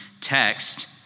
text